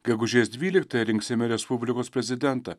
gegužės dvyliktąją rinksime respublikos prezidentą